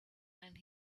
and